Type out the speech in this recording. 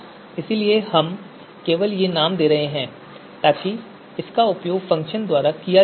इसलिए हम केवल ये नाम दे रहे हैं ताकि इसका उपयोग फ़ंक्शन द्वारा किया जा सके